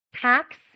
tax